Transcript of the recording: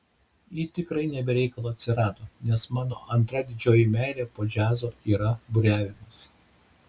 ji tikrai ne be reikalo atsirado nes mano antra didžioji meilė po džiazo yra buriavimas